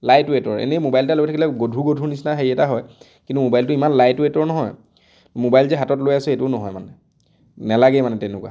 light ৱেইটৰ এনেই mobile এটা লৈ থাকিলে গধুৰ গধুৰ নিচিনা হেৰি এটা হয় কিন্তু মোবাইলটো ইমান লাইট ৱেইটৰ নহয় মোবাইল যে হাতত লৈ আছোঁ এইটোও নহয় মানে নেলাগেই মানে তেনেকুৱা